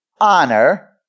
honor